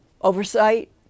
Oversight